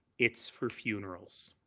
it's for funerals.